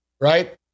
Right